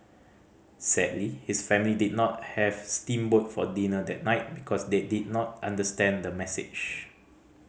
sadly his family did not have steam boat for dinner that night because they did not understand the message